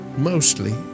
Mostly